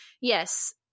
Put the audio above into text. yes